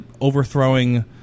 overthrowing